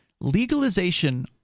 legalization